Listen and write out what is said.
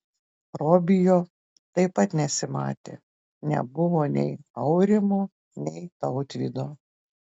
robio taip pat nesimatė nebuvo nei aurimo nei tautvydo